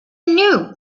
knew